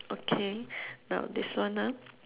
okay now this one ah